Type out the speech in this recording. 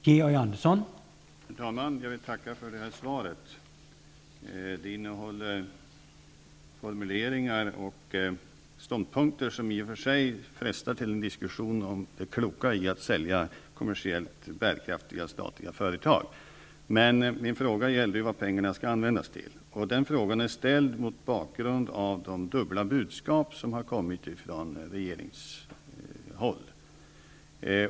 Herr talman! Jag vill tacka för detta svar. Det innehåller formuleringar och ståndpunkter som i och för sig frestar till en diskussion om det kloka i att sälja kommersiellt bärkraftiga statliga företag, men min fråga gällde ju vad pengarna skall användas till. Den frågan är ställd mot bakgrund av de dubbla budskap som har kommit från regeringshåll.